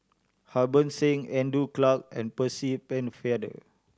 Harbans Singh Andrew Clarke and Percy Pennefather